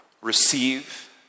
receive